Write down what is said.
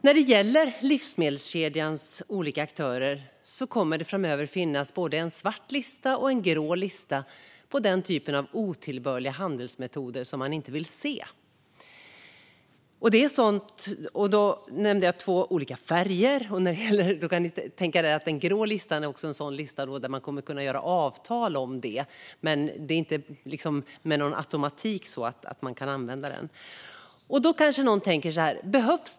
När det gäller livsmedelskedjans olika aktörer kommer det framöver att finnas både en svart lista med den typen av otillbörliga handelsmetoder som man inte vill se och en grå lista där man kommer att kunna ingå avtal om det - det är alltså inte så att man kan använda dessa metoder per automatik. Då kanske någon undrar om detta verkligen behövs.